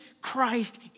Christ